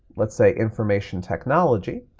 let's say, information technology.